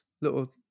Little